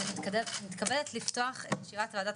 אז אני מתכבדת לפתוח את ישיבת ועדת